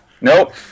Nope